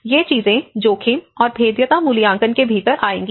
ये चीजें जोखिम और भेद्यता मूल्यांकन के भीतर आएंगी